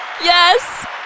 Yes